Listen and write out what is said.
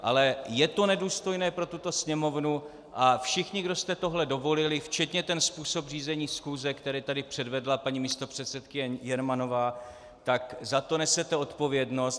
Ale je to nedůstojné pro tuto Sněmovnu a všichni, kdo jste tohle dovolili, včetně způsobu řízení schůze, který tady předvedla paní místopředsedkyně Jermanová, za to nesete odpovědnost.